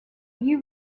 you